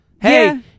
Hey